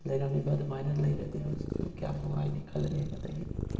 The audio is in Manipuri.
ꯂꯩꯔꯝꯃꯤꯕ ꯑꯗꯨꯃꯥꯏꯅ ꯂꯩꯔꯗꯤ ꯍꯧꯖꯤꯛꯁꯨ ꯀꯌꯥꯝ ꯅꯨꯡꯉꯥꯏꯅꯤ ꯈꯜꯂꯛꯑꯦ ꯑꯗꯒꯤ